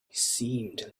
seemed